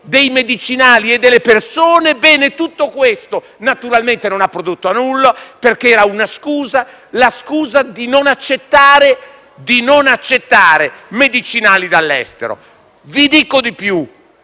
dei medicinali e delle persone bisognose. Ebbene, tutto questo naturalmente non ha prodotto nulla, perché era una scusa per non accettare medicinali dall'estero. Vi dico di più.